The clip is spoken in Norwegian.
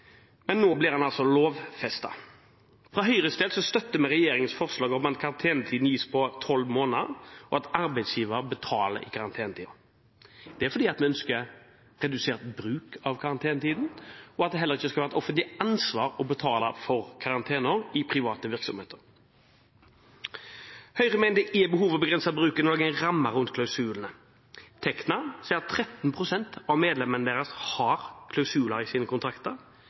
men nå blir den lovfestet. Fra Høyres side støtter vi regjeringens forslag om at karantene kan gis i inntil tolv måneder, og at arbeidsgiver må betale i karantenetiden. Det er fordi vi ønsker redusert bruk av karantenetid, og at det heller ikke skal være et offentlig ansvar å betale for karantenen i private virksomheter. Høyre mener det er behov for å begrense bruken og lage en ramme rundt klausulene. Tekna sier at 13 pst. av medlemmene deres har klausuler i sine kontrakter.